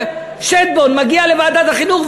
ושטבון מגיע לוועדת החינוך,